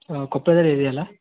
ಹಾಂ ಕೊಪ್ಪದಲ್ಲಿ ಇದೆಯಲ್ಲ